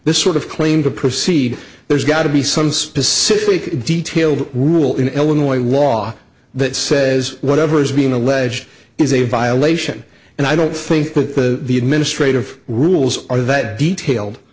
this sort of claim to proceed there's got to be some specific detailed rule in illinois law that says whatever is being alleged is a violation and i don't think that the administrative rules are that detailed